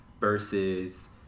versus